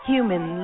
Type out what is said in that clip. Human